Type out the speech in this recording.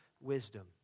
wisdom